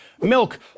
milk